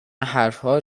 حرفها